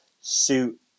suit